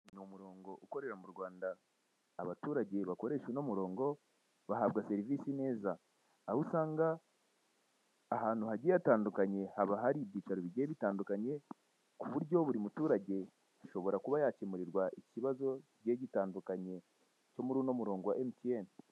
Ni umuronko ukorera mu Rwanda abaturage bakoresha uno muronko bahabwa serivise neza, aho usanga ahantu hagiye hatandukanye haba hari ibyicaro bigiye bitandukanye, kuburyo buri muturage ashobora kuba yakemurirwa ikibazo kigiye gitandukanye cyo muri emutiyene.